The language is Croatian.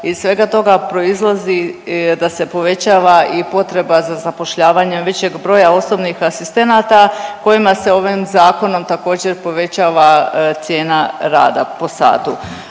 Iz svega toga proizlazi da se povećava i potreba za zapošljavanjem većeg broja osobnih asistenata kojima se ovim zakonom također, povećava cijena rada po satu.